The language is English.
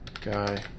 guy